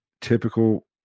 Typical